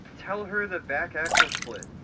tell her the back axle split.